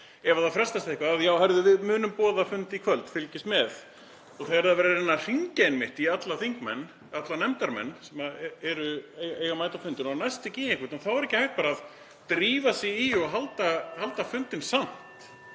ef það frestast eitthvað: Já, við munum boða fund í kvöld, fylgist með. Og þegar það er verið að reyna að hringja í alla þingmenn, alla nefndarmenn sem eiga að mæta á fundinn og það næst ekki í einhvern, þá er ekki hægt bara að drífa sig og halda fundinn samt.